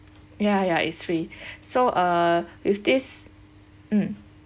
ya ya it's three so uh if this mm